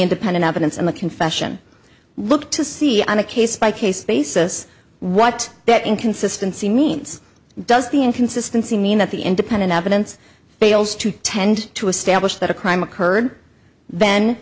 independent evidence and the confession look to see on a case by case basis what that inconsistency means does the inconsistency mean that the independent evidence fails to tend to establish that a crime occurred